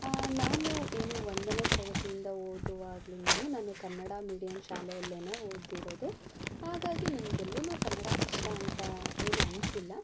ನಾನು ಏನು ಒಂದನೇ ತರಗತಿಯಿಂದ ಓದುವಾಗ್ಲಿಂದಲು ನಾನು ಕನ್ನಡ ಮೀಡಿಯಮ್ ಶಾಲೆಯಲ್ಲೆ ಓದಿರೋದು ಹಾಗಾಗಿ ನನ್ಗೆ ಎಲ್ಲು ಕನ್ನಡ ಕಷ್ಟ ಅಂತ ಏನು ಅನಿಸಿಲ್ಲ